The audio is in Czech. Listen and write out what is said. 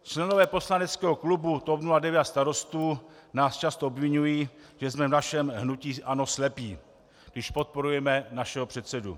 Členové poslaneckého klubu TOP 09 a Starostů nás často obviňují, že jsme v našem hnutí ANO slepí, když podporujeme našeho předsedu.